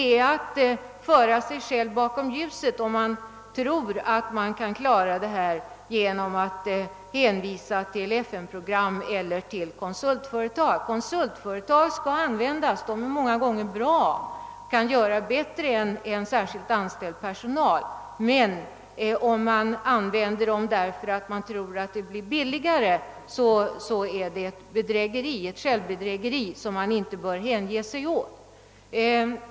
Man för sig själv bakom ljuset om man tror att man kan klara denna del av verksamheten genom att hänvisa till FN-program eller konsultföretag. Konsultföretag skall användas i arbetet. Det är många gånger en god utväg och kan ofta bättre än särskilt anställd personal utföra uppgifterna. Men om man använder dessa företag därför att man tror att det blir billigare, gör man sig skyldig till ett självbedrägeri som man inte bör hemfalla åt.